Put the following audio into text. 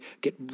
get